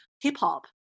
hip-hop